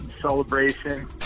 celebration